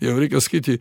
jau reikia sakyti